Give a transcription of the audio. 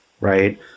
right